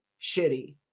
shitty